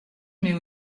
mais